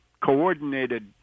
coordinated